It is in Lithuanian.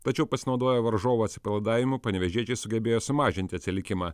tačiau pasinaudoję varžovų atsipalaidavimu panevėžiečiai sugebėjo sumažinti atsilikimą